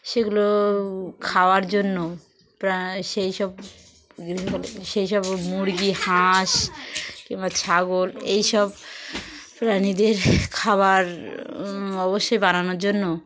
সেগুলো খাওয়ার জন্য প্রা সেই সব গৃহপালিত সেই সব মুরগি হাঁস কিংবা ছাগল এইসব প্রাণীদের খাবার অবশ্যই বানানোর জন্য